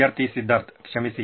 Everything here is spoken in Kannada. ವಿದ್ಯಾರ್ಥಿ ಸಿದ್ಧಾರ್ಥ್ ಕ್ಷಮಿಸಿ